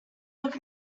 look